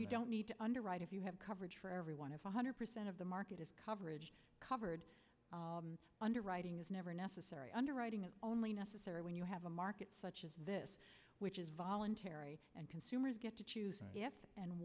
e don't need to underwrite if you have coverage for every one of one hundred percent of the market of coverage covered underwriting is never necessary underwriting is only necessary when you have a market such as this which is voluntary and consumers get to choose and